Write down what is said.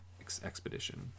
expedition